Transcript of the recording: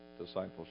discipleship